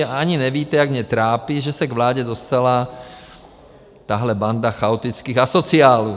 Ani nevíte, jak mě trápí, že se k vládě dostala tahle banda chaotických asociálů.